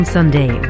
Sunday